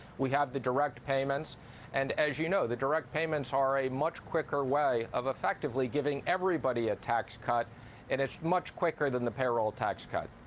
we have the direct payments and as you know, the direct payments are much quicker way of effectively giving everybody a tax cut and it's much quicker than the payroll tax cut.